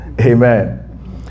amen